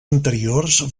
anteriors